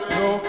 no